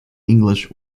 english